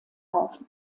auf